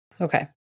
Okay